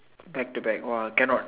back to back !wow! cannot